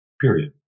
period